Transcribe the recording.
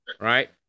Right